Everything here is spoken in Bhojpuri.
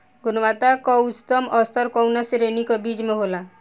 गुणवत्ता क उच्चतम स्तर कउना श्रेणी क बीज मे होला?